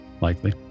likely